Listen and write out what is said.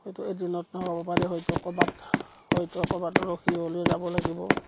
হয়তো এদিনত নহ'ব পাৰে হয়তো ক'ৰবাত হয়তো ক'ৰবাত ৰখি হ'লেও যাব লাগিব